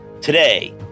Today